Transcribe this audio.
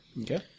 Okay